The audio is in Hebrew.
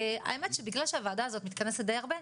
האמת שבגלל שהועדה הזאת מתכנסת די הרבה,